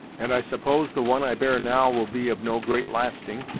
and i suppose the one i bear now will be of no great lasting,